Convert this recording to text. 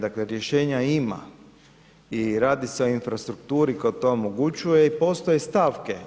Dakle rješenja ima i radi se o infrastrukturi koja to omogućuje i postoje stavke.